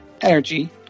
Energy